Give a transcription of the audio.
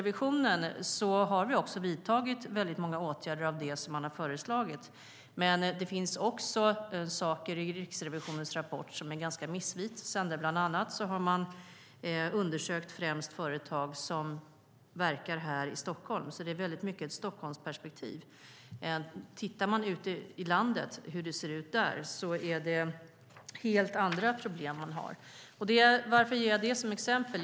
Vi har vidtagit många av de åtgärder som Riksrevisionen har föreslagit, men det finns också saker i rapporten som är missvisande. Bland annat har Riksrevisionen undersökt främst företag som verkar i Stockholm. Det är mycket av ett Stockholmsperspektiv. Ute i landet finns helt andra problem. Varför ger jag detta som exempel?